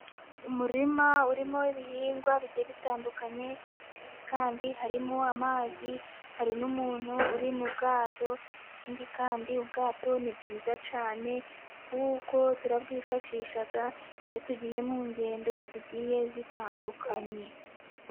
Umurima urimo ibihingwa bigiye bitandukanye. Ikindi kandi harimo amazi, hari n'umuntu uri mu bwato. Ikindi kandi ubwato ni bwiza cyane kuko turabwifashisha, iyo tugiye mu ngendo zigiye zitandukanye.